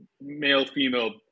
male-female